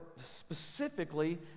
specifically